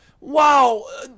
wow